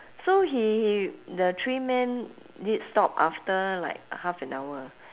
so he the three men did stop after like half an hour ah